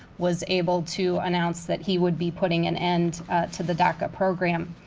was able to announce that he would be putting an end to the daca program.